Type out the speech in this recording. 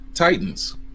Titans